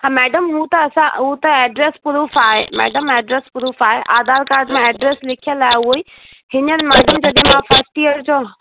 हा मैडम हू त असां हू त एड्रस प्रूफ आहे मैडम एड्रस प्रूफ आहे आधार कार्ड में एड्रस लिखियल आहे उहो ई हींअर जॾहिं फर्स्ट ईयर जो